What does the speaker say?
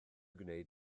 gwneud